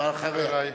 חברי,